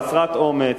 חסרת אומץ,